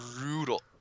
Brutal